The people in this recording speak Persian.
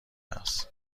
است